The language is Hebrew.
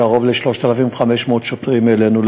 קרוב ל-3,500 שוטרים העלינו,